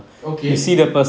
okay